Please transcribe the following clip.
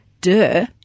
Duh